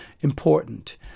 important